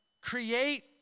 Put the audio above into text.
create